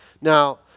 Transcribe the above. Now